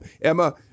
Emma